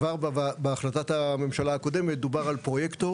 כבר בהחלטת הממשלה הקודמת דובר על פרויקטור